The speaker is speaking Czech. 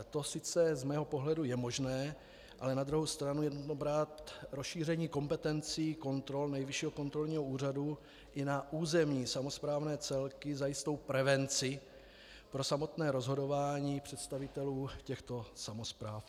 To sice z mého pohledu je možné, ale na druhou stranu je nutno brát rozšíření kompetencí kontrol Nejvyššího kontrolního úřadu i na územní samosprávné celky za jistou prevenci pro samotné rozhodování představitelů těchto samospráv.